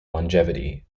longevity